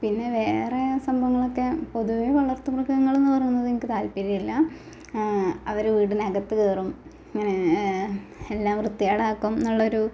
പിന്നെ വേറേ സംഭവങ്ങളക്കെ പൊതുവേ വളര്ത്ത് മൃഗങ്ങളെന്ന് പറയുന്നത് എനിക്ക് താല്പര്യവില്ല അവര് വീടിനകത്തു കയറും അങ്ങനെ എല്ലാം വൃത്തികേടാക്കും എന്നുള്ളൊരു